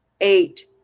eight